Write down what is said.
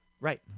Right